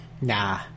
Nah